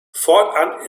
fortan